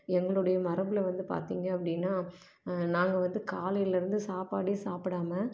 எங்களுடைய மரபில் வந்து பார்த்திங்க அப்படின்னா நாங்கள் வந்து காலையிலருந்து சாப்பாடே சாப்பிடாம